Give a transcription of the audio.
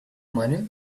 money